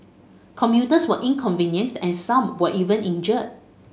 commuters were inconvenienced and some were even injured